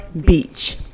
beach